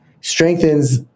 strengthens